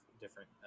different